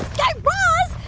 guy raz,